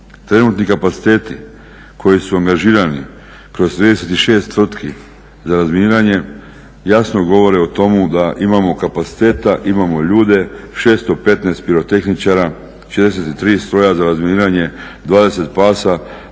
Trenutni kapaciteti koji su angažirani kroz 36 tvrtki za razminiranje jasno govore o tomu da imamo kapaciteta, imamo ljude, 615 pirotehničara, 63 stroja za razminiranje, 20 pasa